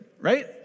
right